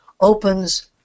opens